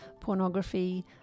pornography